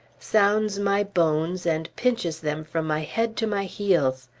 sounds my bones and pinches them from my head to my heels.